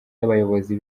y’abayobozi